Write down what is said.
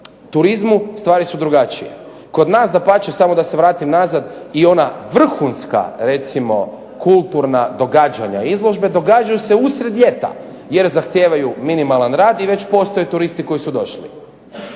turizmu stvari su drugačije. Kod nas dapače samo da se vratim nazad i ona vrhunska recimo kulturna događanja, izložbe događaju se usred ljeta jer zahtijevaju minimalan rad i već postoje turisti koji su došli.